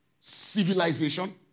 civilization